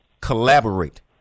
collaborate